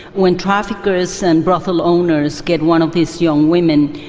when traffickers and brothel owners get one of these young women,